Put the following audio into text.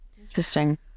Interesting